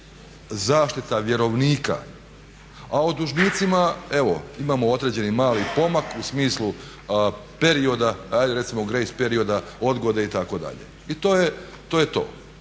zaštita vjerovnika, a o dužnicima evo imamo određeni mali pomak u smislu perioda, hajde recimo grace perioda odgode itd. I to je to,